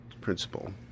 principle